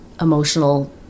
emotional